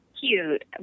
cute